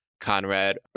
Conrad